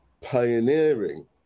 pioneering